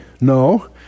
No